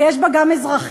ויש בה גם אזרחים,